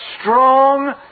strong